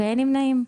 אין נמנעים.